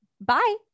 Bye